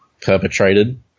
perpetrated